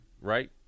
right